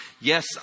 Yes